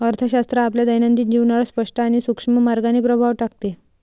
अर्थशास्त्र आपल्या दैनंदिन जीवनावर स्पष्ट आणि सूक्ष्म मार्गाने प्रभाव टाकते